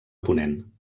ponent